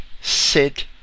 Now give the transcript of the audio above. sit